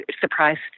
surprised